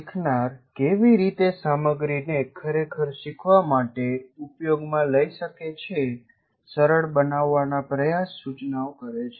શીખનાર કેવી રીતે સામગ્રીને ખરેખર શીખવા માટે ઉપયોગમાં લઈ શકે છે સરળ બનાવનના પ્રયાસ સૂચનાઓ કરે છે